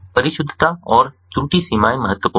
परिशुद्धता और त्रुटि सीमाएं महत्वपूर्ण हैं